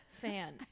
fan